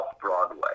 Broadway